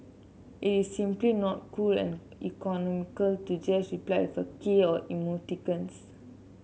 it is simply not cool and economical to just reply with a k or emoticons